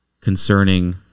concerning